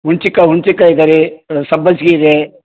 ಉಣ್ಚಿಕಾಯ್ ಉಣ್ಚಿಕಾಯ್ ಇದೆ ರೀ ಸಬ್ಬಸ್ಸಿಗೆ ಇದೆ